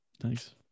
Thanks